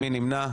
מי נמנע?